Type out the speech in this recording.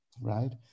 right